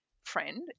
Friend